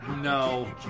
No